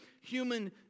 human